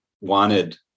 wanted